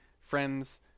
friends